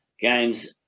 games